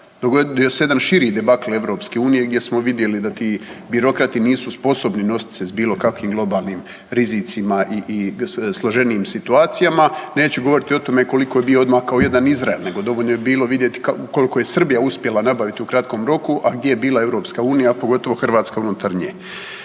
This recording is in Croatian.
Dogodio se jedan širi debakl EU gdje smo vidjeli da ti birokrati nisu sposobni nosit se s bilo kakvim globalnim rizicima i složenijim situacijama. Neću govoriti o tome koliko je bio odmakao jedan Izrael, nego dovoljno je bilo vidjeti koliko je Srbija uspjela nabaviti u kratkom roku, a gdje je bila EU, pogotovo Hrvatska unutar nje.